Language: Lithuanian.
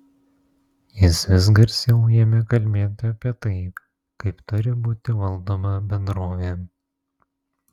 jis vis garsiau ėmė kalbėti apie tai kaip turi būti valdoma bendrovė